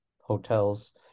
hotels